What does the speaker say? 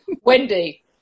Wendy